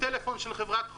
זה טלפון של חברת הוט.